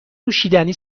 نوشیدنی